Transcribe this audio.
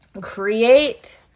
create